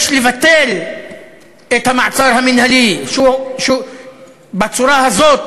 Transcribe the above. יש לבטל את המעצר המינהלי בצורה הזאת,